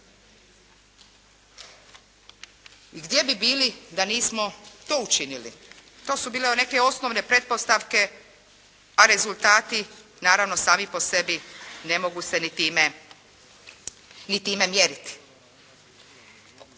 Gdje bi bili da nismo to učinili? To su bile neke osnovne pretpostavke, a rezultati naravno sami po sebi ne mogu se ni time mjeriti.